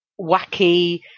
wacky